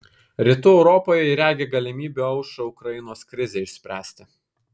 rytų europoje ji regi galimybių aušrą ukrainos krizei išspręsti